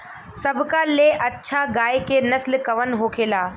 सबका ले अच्छा गाय के नस्ल कवन होखेला?